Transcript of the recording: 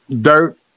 dirt